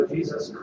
Jesus